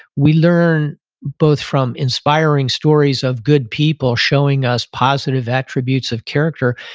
we learn both from inspiring stories of good people showing us positive attributes of character.